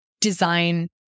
design